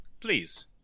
please